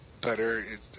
better